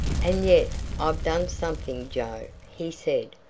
and yet i've done something, joe, he said.